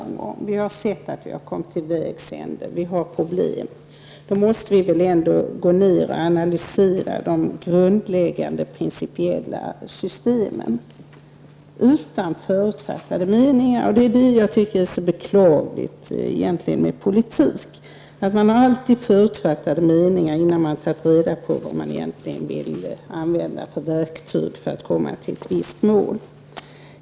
Om vi ser att vi har kommit till vägs ände och har problem, måste vi väl ändå analysera de grundläggande principiella systemen utan förutfattade meningar. Det jag egentligen tycker är så beklagligt med politik är att man alltid har förutfattade meningar, innan man har tagit reda på vilka verktyg man vill använda för att komma till ett visst mål.